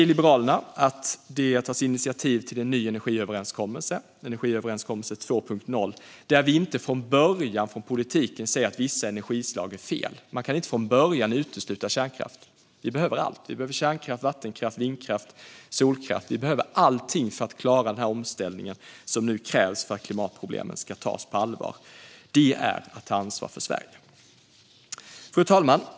Liberalerna vill att det ska tas initiativ till en ny energiöverenskommelse - energiöverenskommelse 2.0. Där ska vi från politiken inte från början säga att vissa energislag är fel. Man kan inte från början utesluta kärnkraft. Vi behöver allt. Vi behöver kärnkraft, vattenkraft, vindkraft och solkraft. Vi behöver allting för att klara den omställning som nu krävs för att klimatproblemen ska tas på allvar. Det är att ta ansvar för Sverige. Fru talman!